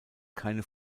keine